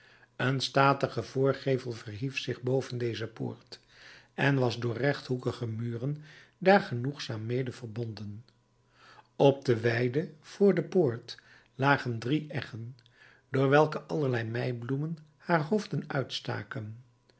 een statige voorgevel verhief zich boven deze poort en was door rechthoekige muren daar genoegzaam mede verbonden op de weide voor de poort lagen drie eggen door welke allerlei mei bloemen haar hoofden uitstaken